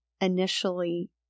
initially